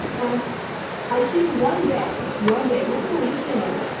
and i think one day one day, hopefully soon,